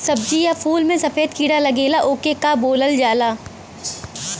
सब्ज़ी या फुल में सफेद कीड़ा लगेला ओके का बोलल जाला?